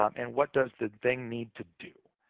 um and what does the thing need to do?